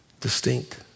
distinct